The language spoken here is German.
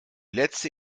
letzte